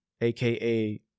AKA